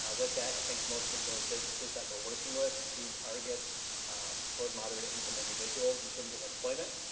with that, i think most of the businesses that we're working with do target low to moderate income individuals in terms of employment.